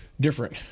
Different